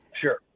Sure